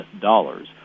dollars